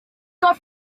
got